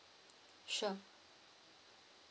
sure